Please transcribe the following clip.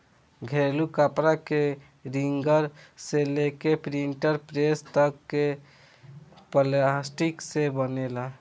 घरेलू कपड़ा के रिंगर से लेके प्रिंटिंग प्रेस तक ले प्लास्टिक से बनेला